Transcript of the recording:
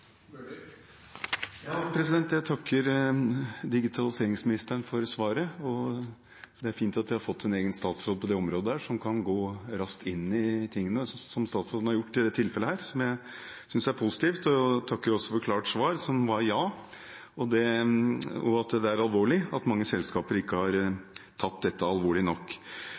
Jeg takker digitaliseringsministeren for svaret. Det er fint at vi har fått en egen statsråd for det området, som kan gå raskt inn i tingene, som statsråden har gjort i dette tilfellet. Det synes jeg er positivt. Jeg takker også for klart svar – som var «ja» – og for at han sier det er alvorlig at mange selskaper ikke har tatt dette alvorlig nok.